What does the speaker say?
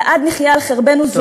"לעד נחיה על חרבנו" תודה.